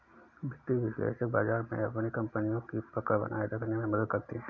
वित्तीय विश्लेषक बाजार में अपनी कपनियों की पकड़ बनाये रखने में मदद करते हैं